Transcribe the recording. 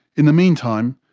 in the meantime,